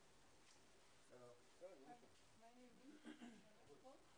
היום התבקשתי לדבר בעברית ואני אומר לפרוטוקול